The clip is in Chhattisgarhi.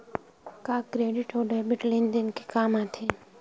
का क्रेडिट अउ डेबिट लेन देन के काम आथे?